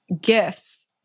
gifts